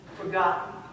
forgotten